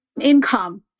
income